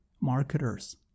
marketers